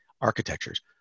architectures